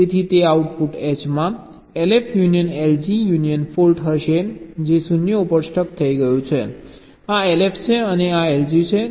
તેથી તે output H માં LF union LG union fault હશે જે 0 ઉપર સ્ટક થઈ ગયું છે આ LF છે અને આ LG છે